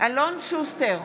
אלון שוסטר,